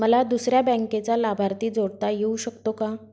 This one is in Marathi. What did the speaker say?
मला दुसऱ्या बँकेचा लाभार्थी जोडता येऊ शकतो का?